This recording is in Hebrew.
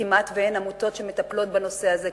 כמעט שאין עמותות שמטפלות בנושא הזה,